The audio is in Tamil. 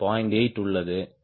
8 உள்ளது